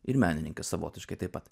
ir menininkas savotiškai taip pat